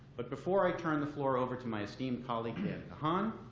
but before i turn the floor over to my esteemed colleague dan kahan,